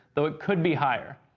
though it could be higher.